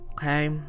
Okay